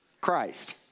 Christ